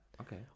Okay